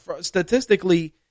statistically